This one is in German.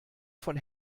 von